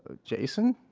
ah jason?